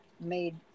made